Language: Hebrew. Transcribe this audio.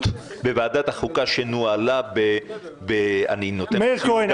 בוועדת החוקה שנוהלה ב --- מאיר כהן,